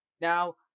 Now